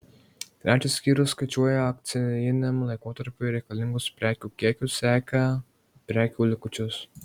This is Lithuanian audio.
trečias skyrius skaičiuoja akcijiniam laikotarpiui reikalingus prekių kiekius seka prekių likučius